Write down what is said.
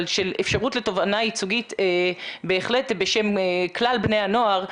אבל של אפשרות לתובענה ייצוגית בהחלט בשם כלל בני הנוער.